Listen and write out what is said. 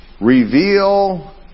Reveal